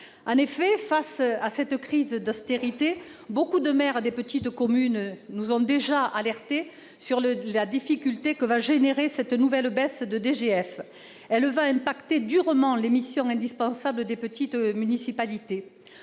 En effet, face à cette crise d'austérité, de nombreux maires de petites communes nous ont déjà alertés sur la difficulté engendrée par cette nouvelle baisse de DGF. Cette dernière impactera durement les missions indispensables des petites municipalités.